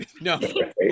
No